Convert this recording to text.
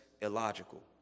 illogical